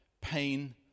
pain